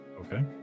Okay